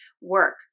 work